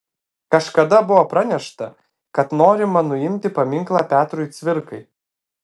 kažkada buvo pranešta kad norima nuimti paminklą petrui cvirkai